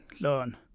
learn